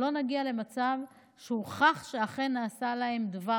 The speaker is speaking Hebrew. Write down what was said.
שלא נגיע למצב שהוכח שאכן נעשה להם דבר